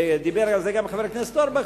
ודיבר על זה גם חבר הכנסת אורבך,